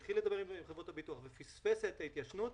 התחיל לדבר על חברת הביטוח ופספס את ההתיישנות,